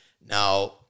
Now